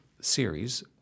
series